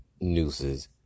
nooses